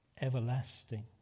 everlasting